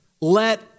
let